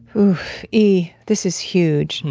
oof, e. this is huge.